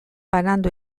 banandu